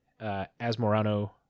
Asmorano